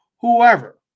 whoever